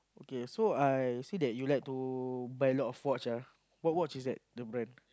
okay so I see that you like to buy a lot of watch ah what watch is that the brand